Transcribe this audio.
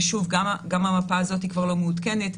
וגם המפה הזאת כבר לא מעודכנת.